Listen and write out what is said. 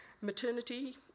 maternity